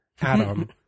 Adam